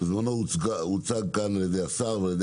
בזמנו הוצג כאן על ידי השר ועל ידי